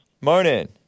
Morning